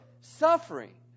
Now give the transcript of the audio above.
suffering